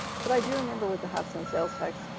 but i do remember with the half-cent sales tax,